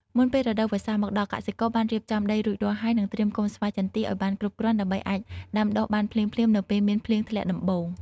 មុនពេលរដូវវស្សាមកដល់ កសិករបានរៀបចំដីរួចរាល់ហើយ និងត្រៀមកូនស្វាយចន្ទីឱ្យបានគ្រប់គ្រាន់ ដើម្បីអាចដាំដុះបានភ្លាមៗនៅពេលមានភ្លៀងធ្លាក់ដំបូង។